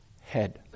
head